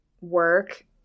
work